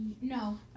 No